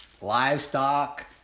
Livestock